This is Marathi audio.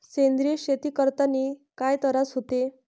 सेंद्रिय शेती करतांनी काय तरास होते?